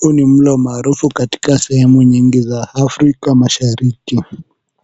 Huu ni mlo maarufu katika sehemu nyingi za Afrika Mashariki.